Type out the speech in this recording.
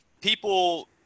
people